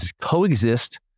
coexist